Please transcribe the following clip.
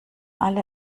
alle